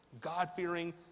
god-fearing